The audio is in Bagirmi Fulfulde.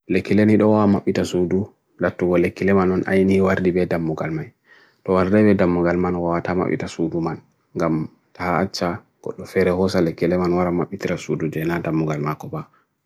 Be watan mabbitirgol ha dammugal, be wailita sai mabbita dammugal.